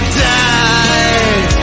die